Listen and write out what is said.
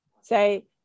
Say